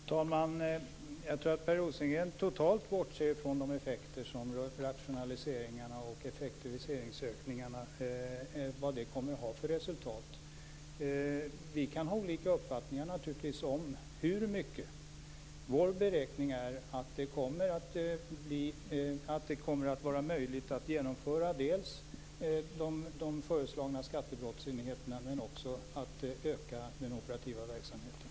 Fru talman! Jag tror att Per Rosengren totalt bortser från resultatet av rationaliseringar och effektiviseringsökningar. Vi kan ha olika uppfattningar om hur stor vinsten blir. Våra beräkningar innebär att det kommer att vara möjligt att dels genomföra de föreslagna skattebrottsenheterna, dels utöka den operativa verksamheten.